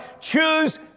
Choose